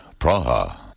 Praha